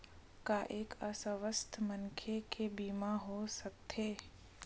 का एक अस्वस्थ मनखे के बीमा हो सकथे?